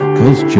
Cause